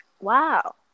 Wow